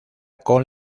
con